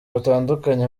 batandukanye